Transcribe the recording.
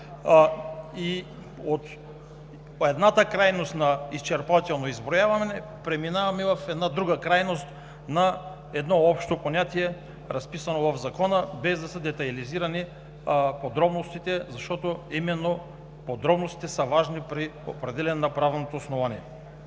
От едната крайност – на изчерпателно изброяване, преминаваме в друга крайност – на общо понятие, разписано в Закона, без да са детайлизирани подробностите, защото именно подробностите са важни при определяне на правното основание.